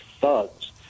thugs